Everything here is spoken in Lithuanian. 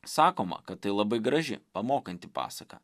sakoma kad tai labai graži pamokanti pasaka